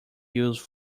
use